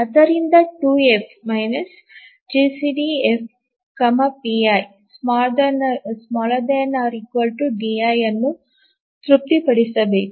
ಆದ್ದರಿಂದ 2F GCD F pi ≤ di ಅನ್ನು ತೃಪ್ತಿಪಡಿಸಬೇಕು